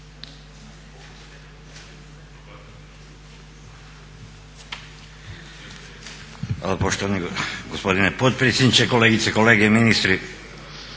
Hvala poštovani gospodine potpredsjedniče, kolegice i kolege i ministre.